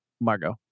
margot